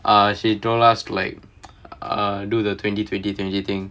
ah she told us like uh do the twenty twenty twenty thing